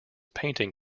painting